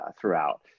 throughout